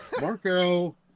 Marco